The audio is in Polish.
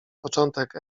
początek